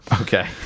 Okay